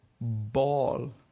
ball